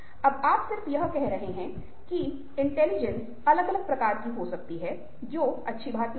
अब आप सिर्फ यह कह रहे हैं कि इंटेलीजेंस अलग अलग प्रकार की हो सकती है जो अच्छी बात नहीं है